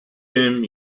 him